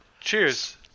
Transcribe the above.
cheers